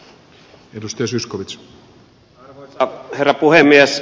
arvoisa herra puhemies